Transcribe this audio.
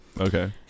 Okay